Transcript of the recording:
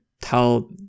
tell